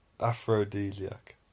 Aphrodisiac